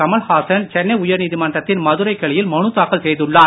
கமல்ஹாசன் சென்னை மக்கள் நீதி உயர்நீதிமன்றத்தின் மதுரை கிளையில் மனுதாக்கல் செய்துள்ளார்